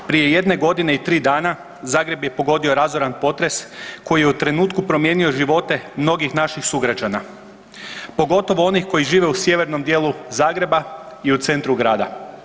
Prije jedne godine i tri dana Zagreb je pogodio razoran potres koji je u trenutku promijenio živote mnogih naših sugrađana pogotovo onih koji žive u sjevernom dijelu Zagreba i u centru grada.